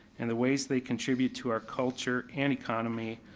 and the ways they contribute to our culture and economy,